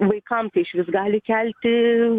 vaikam tai išvis gali kelti